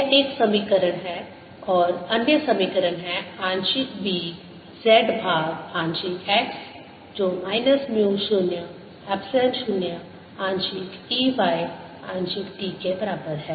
यह एक समीकरण है और अन्य समीकरण है आंशिक B z भाग आंशिक x जो माइनस म्यू 0 एप्सिलॉन 0 आंशिक E y आंशिक t के बराबर है